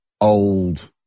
old